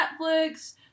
netflix